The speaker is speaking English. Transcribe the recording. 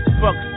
fuck